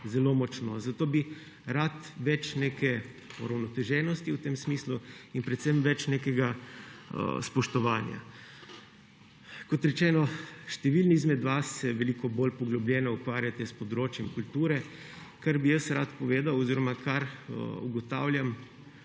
zelo močno, zato bi rad več neke uravnoteženosti v tem smislu in predvsem več nekega spoštovanja. Kot rečeno, številni izmed vas se veliko bolj poglobljeno ukvarjate s področjem kulture. Kar bi jaz rad povedal oziroma kar ugotavljam,